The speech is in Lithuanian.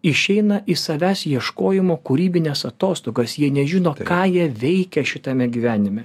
išeina į savęs ieškojimo kūrybines atostogas jie nežino ką jie veikia šitame gyvenime